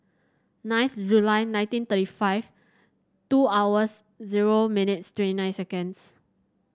ninth July nineteen thirty five two hours zero minutes twenty nine seconds